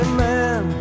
man